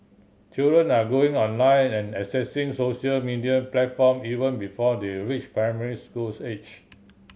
children are going online and accessing social media platform even before they reach primary schools age